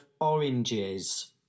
oranges